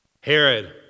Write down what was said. herod